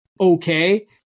okay